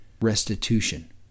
restitution